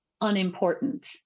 unimportant